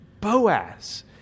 Boaz